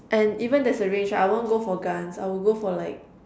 and even there's a range right I won't go for guns I will go for like